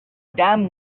dam